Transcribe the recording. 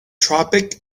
tropic